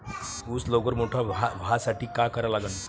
ऊस लवकर मोठा व्हासाठी का करा लागन?